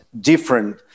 different